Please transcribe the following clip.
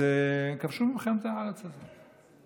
וכבשו מכם את הארץ הזו.